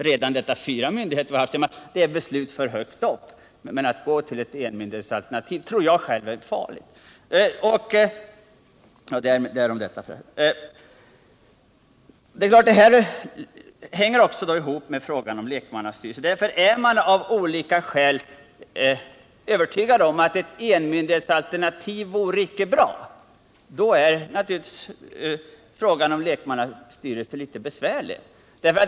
Redan detta att ha fyra myndigheter är att ha beslutsfattandet för högt upp. Att då gå till ett enmyndighetsalternativ tror jag är riskfyllt. Detta hänger också samman med frågan om lekmannainflytande. Är man av olika skäl överens om att ett enmyndighetsalternativ icke vore bra är naturligtvis lekmannastyrelser besvärligt att införa.